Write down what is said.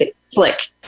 slick